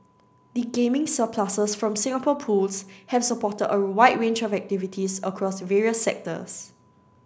the gaming surpluses from Singapore Pools have supported a wide range of activities across various sectors